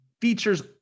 features